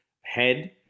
head